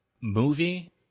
movie